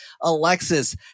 Alexis